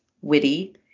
witty